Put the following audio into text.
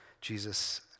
Jesus